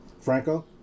Franco